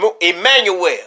Emmanuel